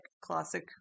classic